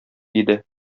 иде